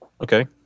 Okay